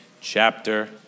chapter